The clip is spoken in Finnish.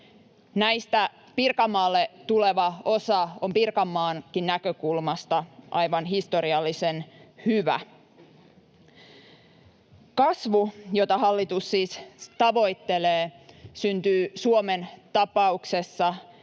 Näistä Pirkanmaalle tuleva osa on Pirkanmaankin näkökulmasta aivan historiallisen hyvä. Kasvu, jota hallitus siis tavoittelee, syntyy Suomen tapauksessa